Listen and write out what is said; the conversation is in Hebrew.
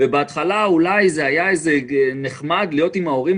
בהתחלה אולי היה נחמד להיות עם ההורים,